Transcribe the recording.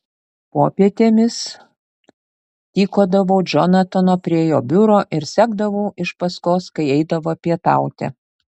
popietėmis tykodavau džonatano prie jo biuro ir sekdavau iš paskos kai eidavo pietauti